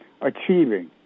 achieving